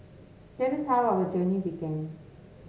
that is how our journey began